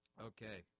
okay